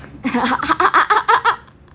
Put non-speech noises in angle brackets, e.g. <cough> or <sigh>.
ya <laughs>